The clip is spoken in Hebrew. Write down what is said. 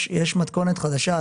יש מתכונת חדשה,